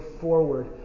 forward